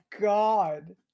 god